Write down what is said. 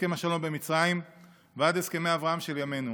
מהסכם השלום במצרים ועד הסכמי אברהם של ימינו.